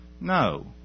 No